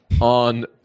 on